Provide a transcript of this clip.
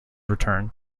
return